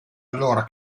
allora